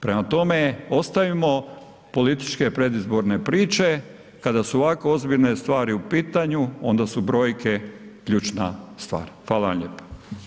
Prema tome, ostavimo političke predizborne priče kada su ovako ozbiljne stvari u pitanju onda su brojke ključna stvar, hvala vam lijepa.